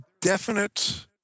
definite